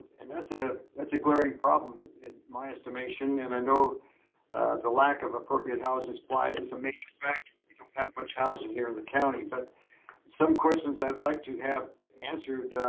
and that's ah that's a glaring problem and in my estimation. and i know the lack of appropriate housing supply is a major factor. we don't have much housing here in the county, but some questions i'd like to have answered.